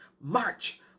march